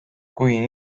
kui